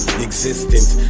existence